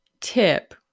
tip